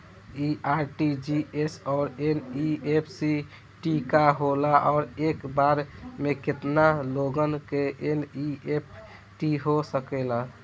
इ आर.टी.जी.एस और एन.ई.एफ.टी का होला और एक बार में केतना लोगन के एन.ई.एफ.टी हो सकेला?